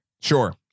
Sure